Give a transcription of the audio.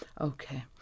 Okay